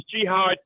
jihad